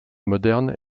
moderne